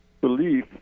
belief